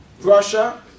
Russia